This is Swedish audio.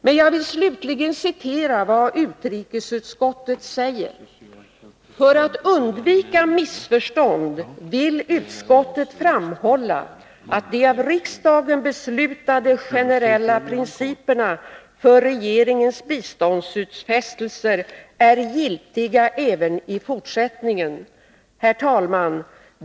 Men jag vill slutligen citera vad utrikesutskottet säger: ”För att undvika missförstånd vill utskottet framhålla att de av riksdagen beslutade generella principerna för regeringens biståndsutfästelser är giltiga även i fortsättningen.” Herr talman!